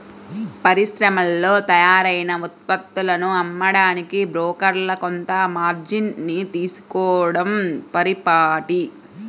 పరిశ్రమల్లో తయారైన ఉత్పత్తులను అమ్మడానికి బ్రోకర్లు కొంత మార్జిన్ ని తీసుకోడం పరిపాటి